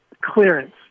clearance